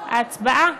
הצבעה.